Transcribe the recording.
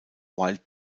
wild